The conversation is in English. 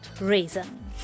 reason